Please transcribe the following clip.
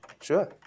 Sure